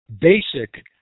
basic